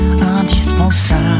indispensable